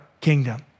kingdom